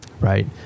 right